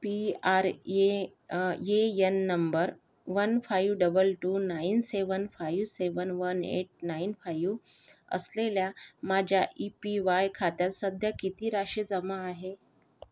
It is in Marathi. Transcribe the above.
पी आर ए अ A N number one five double two nine seven five seven one eight nine five असलेल्या माझ्या ई पी वाय खात्यात सध्या किती राशी जमा आहे